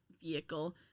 vehicle